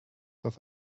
das